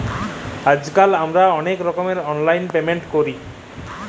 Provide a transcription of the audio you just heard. আইজকাল আমরা অলেক রকমের অললাইল পেমেল্ট ক্যরি